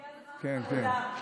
הגיע הזמן, חמודה.